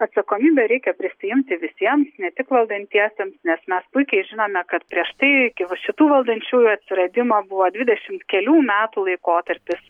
atsakomybę reikia prisiimti visiems ne tik valdantiesiems nes mes puikiai žinome kad prieš tai iki va šitų valdančiųjų atsiradimo buvo dvidešimt kelių metų laikotarpis